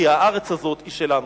כי הארץ הזאת היא שלנו.